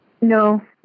No